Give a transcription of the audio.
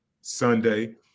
Sunday